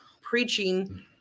preaching